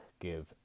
give